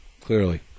Clearly